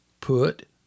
Put